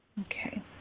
Okay